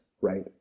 Right